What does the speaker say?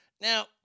Now